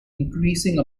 increasing